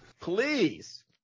please